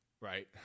Right